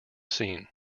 scene